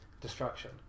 Destruction